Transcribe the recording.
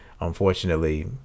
Unfortunately